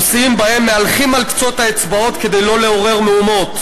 נושאים שבהם מהלכים על קצות האצבעות כדי לא לעורר מהומות.